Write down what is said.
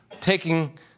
taking